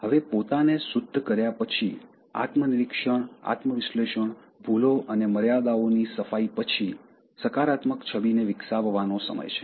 હવે પોતાને શુદ્ધ કર્યા પછી આત્મનિરીક્ષણ આત્મ વિશ્લેષણ ભૂલો અને મર્યાદાઓ ની સફાઈ પછી સકારાત્મક છબીને વિકસાવવાનો સમય છે